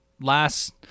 last